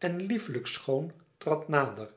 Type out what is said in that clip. en lieflijk schoon trad nader